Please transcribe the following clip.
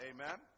Amen